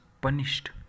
punished